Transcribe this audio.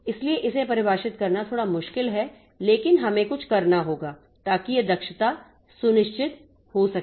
इसलिए इसे परिभाषित करना थोड़ा मुश्किल है लेकिन हमें कुछ करना होगा ताकि यह दक्षता सुनिश्चित हो सके